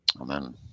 amen